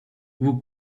who